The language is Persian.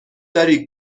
داری